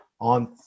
on